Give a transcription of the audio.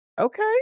Okay